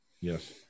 Yes